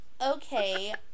Okay